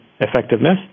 effectiveness